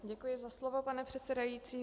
Děkuji za slovo, pane předsedající.